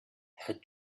had